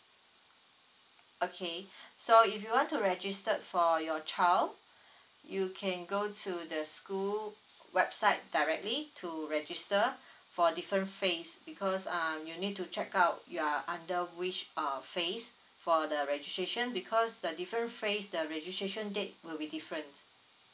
okay so if you want to registered for your child you can go to the school website directly to register for different phrase because um you need to check out you are under which uh phrase for the registration because the different phrase the registration date will be different